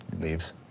Leaves